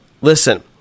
listen